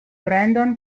brandon